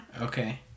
Okay